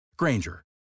Granger